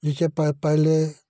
इससे पहले